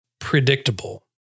predictable